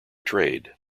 trade